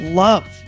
love